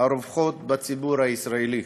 הרווחות בציבור הישראלי.